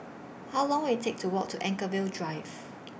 How Long Will IT Take to Walk to Anchorvale Drive